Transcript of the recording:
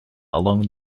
along